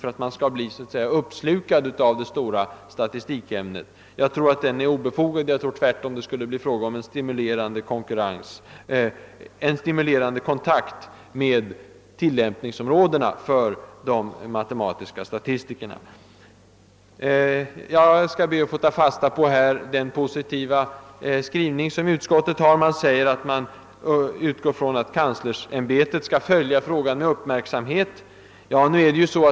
Tveksamheten kanske mest beror på rädsla för att det lilla ämnet skall bli suppslukat> av det stora ämnet. Jag tror att den rädslan är obefogad; det skulle tvärtom kunna bli en stimule rande kontakt med ytterligare tillämpningsområden för de matematiska statistikerna. Jag tar fasta på den positiva skrivning som utskottet har. Man utgår från att kanslersämbetet skall följa frågan med uppmärksamhet.